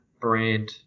brand